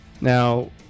Now